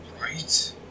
Right